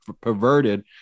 perverted